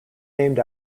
named